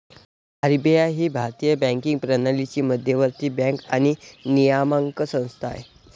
RBI ही भारतीय banking प्रणालीची मध्यवर्ती बँक आणि नियामक संस्था आहे